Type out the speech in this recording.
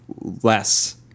less